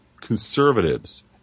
conservatives